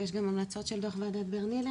ויש גם המלצות של דוח ועדת ברלינר,